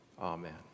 Amen